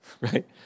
right